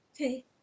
Okay